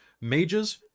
mages